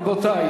רגע,